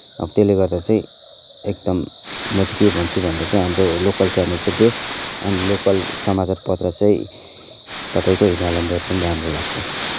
अब त्यसले गर्दा चाहिँ एकदम म चाहिँ के भन्छु भन्दा चाहिँ हाम्रो लोकल च्यानल चाहिँ बेस्ट एन्ड लोकल समाचारपत्र चाहिँ तपाईँको हिमालय दर्पण राम्रो लाग्छ